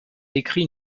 écrit